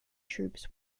troops